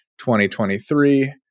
2023